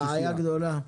בעיה גדולה.